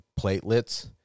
platelets